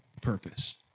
purpose